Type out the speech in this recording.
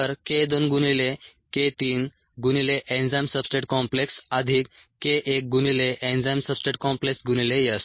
तर k 2 गुणिले k 3 गुणिले एन्झाईम सब्सट्रेट कॉम्प्लेक्स अधिक k 1 गुणिले एन्झाईम सब्सट्रेट कॉम्प्लेक्स गुणिले S